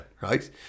Right